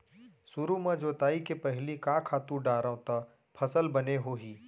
सुरु म जोताई के पहिली का खातू डारव त फसल बने होही?